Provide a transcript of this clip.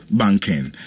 banking